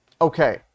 okay